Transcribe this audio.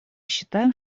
считаем